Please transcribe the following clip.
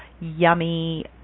yummy